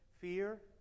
fear